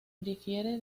difiere